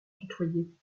tutoyait